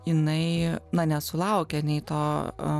jinai na nesulaukė nei to